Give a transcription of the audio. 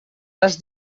les